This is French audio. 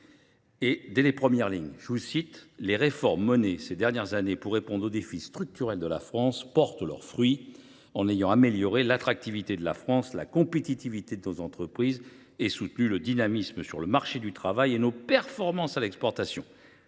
ce dès les premières lignes :« Les réformes menées ces dernières années pour répondre aux défis structurels de la France portent leurs fruits en ayant amélioré l’attractivité de la France, la compétitivité de nos entreprises, et soutenu le dynamisme sur le marché du travail et nos performances à l’exportation.